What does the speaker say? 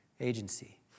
agency